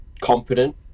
Confident